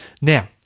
Now